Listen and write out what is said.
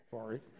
sorry